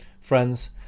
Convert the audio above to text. Friends